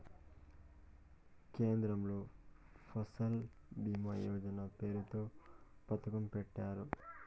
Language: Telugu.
కేంద్రంలో ఫసల్ భీమా యోజన పేరుతో పథకం పెట్టారు